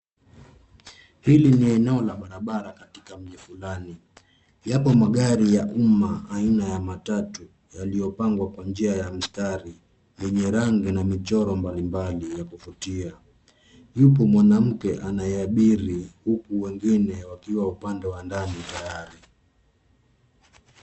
Hili ni eneo la barabara katika mji fulani. Yapo magari ya umma aina ya matatu yaliyopangwa kwa njia ya mstari yenye rangi na michoro mbalimbali ya kuvutia. Yupo mwanamke anayeabiri huko wengine wakiwa upande wa ndani tayari.